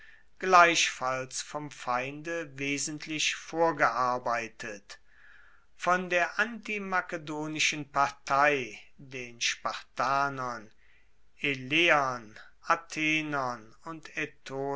gleichfalls vom feinde wesentlich vorgearbeitet von der antimakedonischen partei den spartanern eleern athenern und